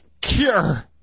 Cure